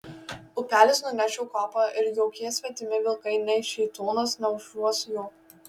upelis nuneš jo kvapą ir jokie svetimi vilkai nei šėtonas neužuos jo